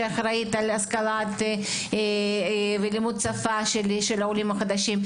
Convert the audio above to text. שאחראית על השכלת ולימוד שפה של העולים החדשים.